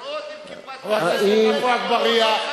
לראות אם "כיפת ברזל" לא חיי אדם,